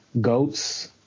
goats